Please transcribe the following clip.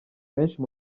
benshi